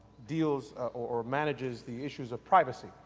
deals or manages the issues of privacy,